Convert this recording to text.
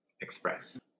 express